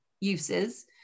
uses